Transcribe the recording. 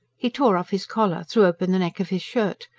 he tore off his collar, threw open the neck of his shirt.